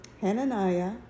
Hananiah